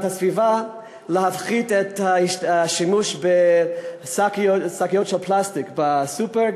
הסביבה להפחתת השימוש בשקיות פלסטיק בסופר.